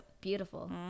beautiful